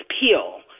peel